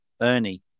Ernie